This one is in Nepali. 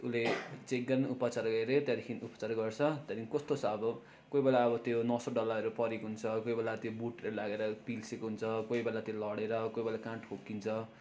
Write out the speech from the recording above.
उसले चेक गर्ने उपचार गऱ्यो त्यहाँदेखि उपचार गर्छ त्यहाँदेखि कस्तो छ अब कोही बेला अब त्यो नसा ढल्लाहरू परेको हुन्छ कोही बेला त्यो बुटले लागेर पिल्सेको हुन्छ कोही बेला त्यो लडेर कोही बेला कहाँ ठोक्किन्छ